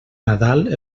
nadal